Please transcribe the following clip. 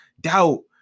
doubt